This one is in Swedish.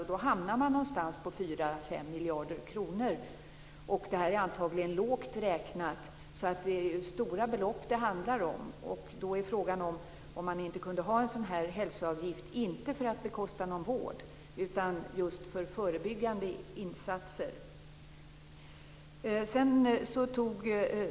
Man hamnar någonstans runt 4 5 miljarder kronor, och det är antagligen lågt räknat. Så det är ju stora belopp det handlar om. Och då är frågan om man inte kunde ha en sådan här hälsoavgift, inte för att bekosta vård utan just för förebyggande insatser.